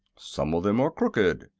some of them are crooked,